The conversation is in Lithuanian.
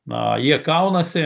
na jie kaunasi